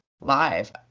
live